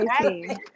Okay